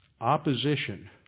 opposition